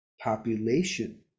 population